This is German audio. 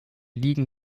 liegen